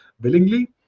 willingly